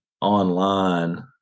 online